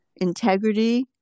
Integrity